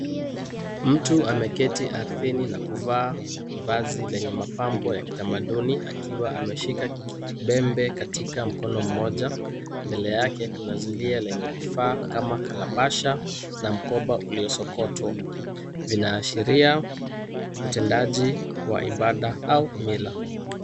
Mtu ameketi ardhini na kuvaa vazi lenye mapambo ya kitamaduni akiwa ameshika kipembe katika mkono mmoja, mbele yake zulia lenye vifaa kama kalabasaha na mkoba uliosokotwa, vinaashiria utendaji wa ibada au mila.